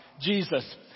Jesus